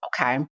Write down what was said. okay